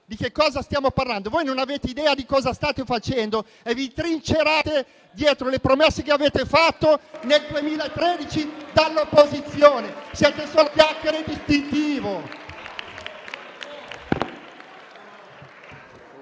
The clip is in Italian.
Di cosa stiamo parlando? Voi non avete idea di cosa state facendo e vi trincerate dietro le promesse che avete fatto nel 2013 dall'opposizione. Siete solo chiacchiere e distintivo!